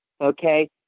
okay